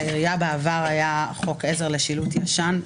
בעבר לעירייה היה חוק עזר ישן לשילוט,